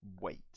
Wait